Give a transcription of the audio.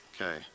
Okay